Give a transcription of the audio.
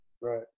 Right